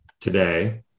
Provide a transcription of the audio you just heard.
today